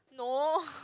no